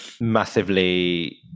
massively